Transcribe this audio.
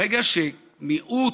ברגע שמיעוט,